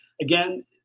Again